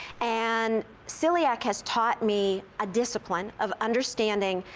and celiac has taught me a discipline of understanding,